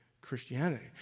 Christianity